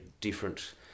different